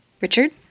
Richard